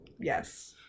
Yes